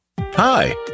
Hi